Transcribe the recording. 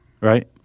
Right